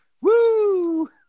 Woo